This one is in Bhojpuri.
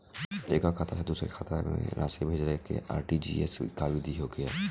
एकह खाता से दूसर खाता में राशि भेजेके आर.टी.जी.एस विधि का ह?